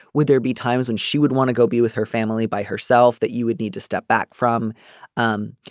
would there be times when she would want to go be with her family by herself that you would need to step back from um